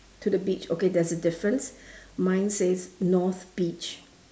to the beach okay there's a difference mine says north beach